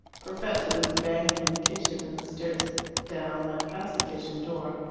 perfetta was banging in the kitchen, and the stairs down led past the kitchen door.